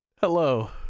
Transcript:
Hello